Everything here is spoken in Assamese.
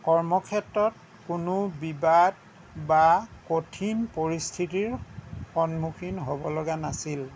কৰ্মক্ষেত্ৰত কোনো বিবাদ বা কঠিন পৰিস্থিতি সন্মুখীন হ'ব লগা নাছিল